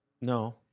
no